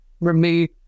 remove